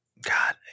God